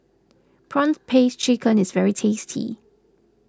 Prawn Paste Chicken is very tasty